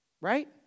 Right